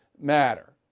matter